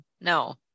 no